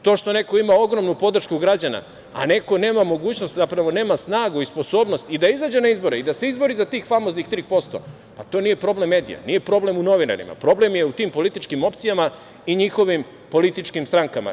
To što neko ima ogromnu podršku građana, a neko nema mogućnost, zapravo nema snagu i sposobnost i da izađe na izbore i da se izbori za tih famoznih 3%, pa to nije problem medija, nije problem u novinarima, problem je u tim političkim opcijama i njihovim političkim strankama.